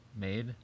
made